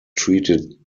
treated